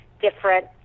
different